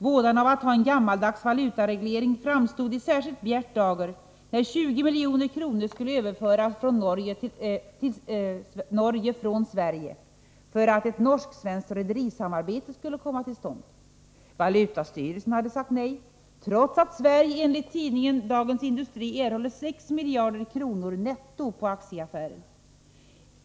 Vådan av att ha en gammaldags valutareglering framstod i särskilt bjärt dager, när 20 milj.kr. skulle överföras till Norge från Sverige för att ett norsk-svenskt rederisamarbete skulle komma till stånd. Valutastyrelsen hade sagt nej, trots att Sverige enligt tidningen Dagens Industri erhåller 6 miljarder kronor netto på aktieaffärer.